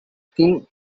king